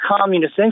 communist